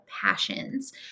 passions